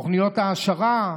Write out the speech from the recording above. תוכניות העשרה,